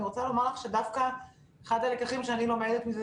אני רוצה לומר לך שדווקא אחד הלקחים שאני לומדת מזה,